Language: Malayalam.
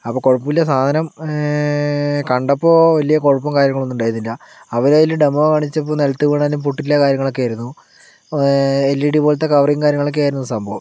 അപ്പോൾ കുഴപ്പമില്ല സാധനം കണ്ടപ്പോൾ വലിയ കുഴപ്പവും കാര്യങ്ങളൊന്നും ഉണ്ടായിരുന്നില്ല അവരതിൽ ഡെമോ കാണിച്ചപ്പോൾ നിലത്ത് വീണാലും പൊട്ടില്ല കാര്യങ്ങളൊക്കെ ആയിരുന്നു എൽ ഇ ഡി പോലത്തെ കവറും കാര്യങ്ങളും ആയിരുന്നു സംഭവം